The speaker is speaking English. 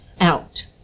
out